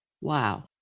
Wow